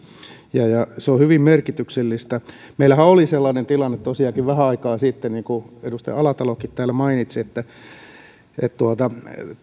ja ja se on hyvin merkityksellistä meillähän on ollut sellainen tilanne tosiaankin vähän aikaa sitten niin kuin edustaja alatalokin täällä mainitsi että